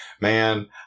Man